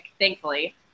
thankfully